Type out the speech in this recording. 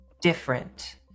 different